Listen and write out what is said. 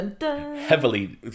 heavily